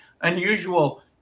unusual